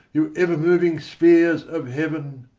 you ever-moving spheres of heaven,